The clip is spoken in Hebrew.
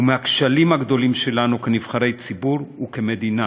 הוא מהכשלים הגדולים שלנו כנבחרי ציבור וכמדינה